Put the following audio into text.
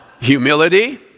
humility